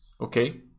okay